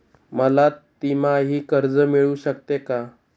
मला तिमाही कर्ज मिळू शकते का?